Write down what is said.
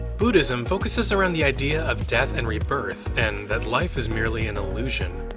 buddhism focuses around the idea of death and rebirth and that life is merely an illusion,